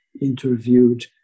interviewed